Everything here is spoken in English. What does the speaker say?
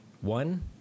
One